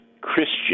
Christian